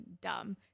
dumb